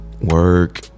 Work